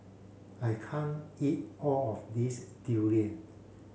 I can't eat all of this durian